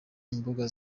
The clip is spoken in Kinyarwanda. imbuga